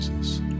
Jesus